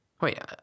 Wait